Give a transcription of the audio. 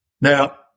Now